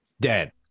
Dead